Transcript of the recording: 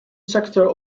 sector